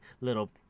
Little